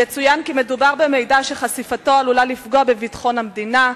יצוין כי מדובר במידע שחשיפתו עלולה לפגוע בביטחון המדינה,